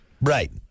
Right